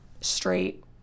straight